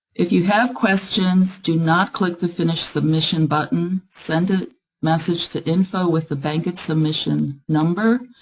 if you have questions, do not click the finish submission button. send a message to info with the bankit submission number,